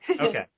Okay